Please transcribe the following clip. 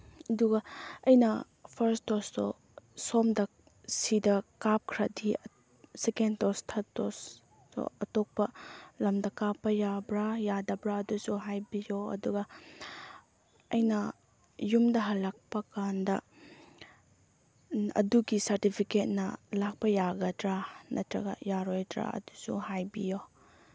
ꯑꯗꯨꯒ ꯑꯩꯅ ꯐꯔꯁ ꯗꯣꯁꯇꯣ ꯁꯣꯝꯗ ꯁꯤꯗ ꯀꯥꯞꯈ꯭ꯔꯗꯤ ꯁꯦꯀꯦꯟ ꯗꯣꯁ ꯊꯔꯠ ꯗꯣꯁꯇꯣ ꯑꯇꯣꯞꯄ ꯂꯝꯗ ꯀꯥꯞꯄ ꯌꯥꯕ꯭ꯔ ꯌꯥꯗꯕ꯭ꯔ ꯑꯗꯨꯁꯨ ꯍꯥꯏꯕꯤꯌꯣ ꯑꯗꯨꯒ ꯑꯩꯅ ꯌꯨꯝꯗ ꯍꯜꯂꯛꯄ ꯀꯥꯟꯗ ꯑꯗꯨꯒꯤ ꯁꯔꯇꯤꯐꯤꯀꯦꯠꯅ ꯂꯥꯛꯄ ꯌꯥꯒꯗ꯭ꯔ ꯅꯠꯇ꯭ꯔꯒ ꯌꯥꯔꯣꯏꯗ꯭ꯔ ꯑꯗꯨꯁꯨ ꯍꯥꯏꯕꯤꯌꯣ